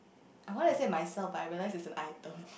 I want to say myself but I realized it's an item